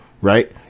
right